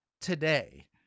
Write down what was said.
today